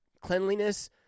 cleanliness